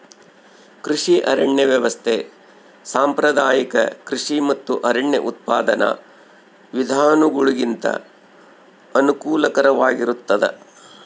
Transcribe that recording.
ಕೃಷಿ ಅರಣ್ಯ ವ್ಯವಸ್ಥೆ ಸಾಂಪ್ರದಾಯಿಕ ಕೃಷಿ ಮತ್ತು ಅರಣ್ಯ ಉತ್ಪಾದನಾ ವಿಧಾನಗುಳಿಗಿಂತ ಅನುಕೂಲಕರವಾಗಿರುತ್ತದ